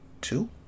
two